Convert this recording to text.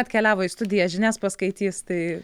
atkeliavo į studiją žinias paskaitys tai